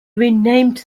renamed